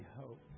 hope